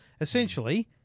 Essentially